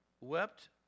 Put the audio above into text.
wept